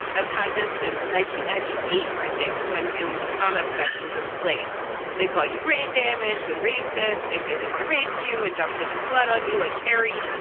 i've had this since nineteen ninety eight i think when in comments sections in slate they call you brain-damaged and racist. they say they want to rape you and dump digital blood on you like kerry.